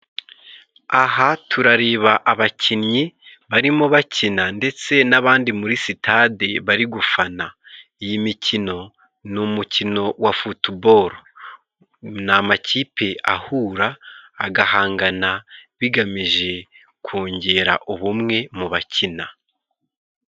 Aha turareba abakinnyi barimo bakina ndetse n'abandi muri sitade bari gufana. Iyi mikino ni umukino wa futuboro， ni amakipe ahura agahangana bigamije kongera ubumwe mu bakina.